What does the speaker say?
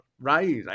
right